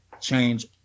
change